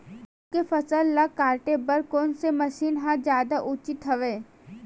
गेहूं के फसल ल काटे बर कोन से मशीन ह जादा उचित हवय?